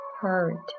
hurt